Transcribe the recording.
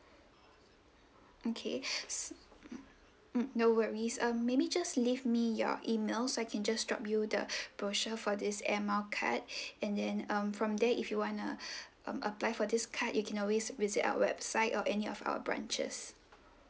um okay s~ mm mm no worries um maybe just leave me your email so I can just drop you the brochure for this air mile card and then um from there if you wanna um apply for this card you can always visit our website or any of our branches